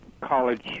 college